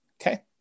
Okay